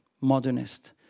modernist